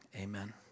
Amen